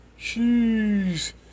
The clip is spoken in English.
Jeez